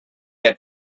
had